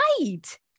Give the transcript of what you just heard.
right